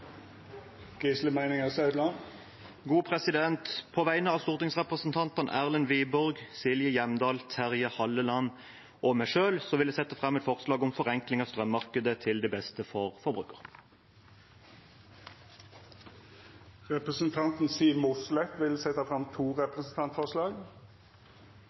På vegne av stortingsrepresentantene Erlend Wiborg, Silje Hjemdal, Terje Halleland og meg selv vil jeg sette fram et forslag om forenkling av strømmarkedet til det beste for forbrukeren. Representanten Siv Mossleth vil setja fram to